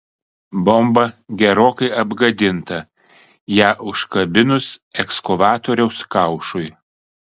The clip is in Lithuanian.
bomba gerokai apgadinta ją užkabinus ekskavatoriaus kaušui